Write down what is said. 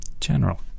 General